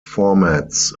formats